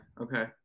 Okay